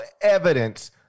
evidence